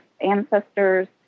ancestors